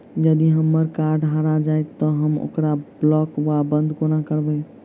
यदि हम्मर कार्ड हरा जाइत तऽ हम ओकरा ब्लॉक वा बंद कोना करेबै?